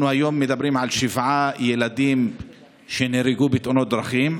אנחנו מדברים היום על שבעה ילדים שנהרגו בתאונות דרכים.